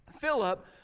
Philip